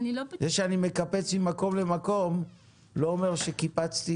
זה שאני מקפץ ממקום למקום לא אומר שקיפצתי